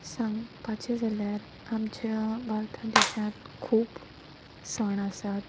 सांगपाचें जाल्यार आमच्या भारतांत देशांत खूब सण आसात